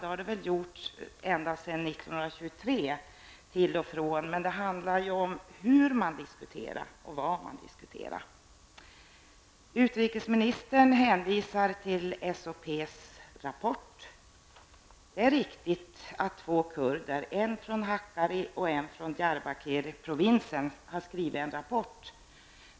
Det har det gjort till och från ända sedan 1923. Men det handlar om hur man diskuterar och vad man diskuterar. Utrikesministern hänvisar till SHPs rapport. Det är riktigt att två kurder, en från Hakkariprovinsen och en från Diyarbakirprovinsen, har skrivit en rapport.